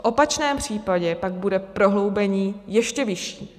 V opačném případě pak bude prohloubení ještě vyšší.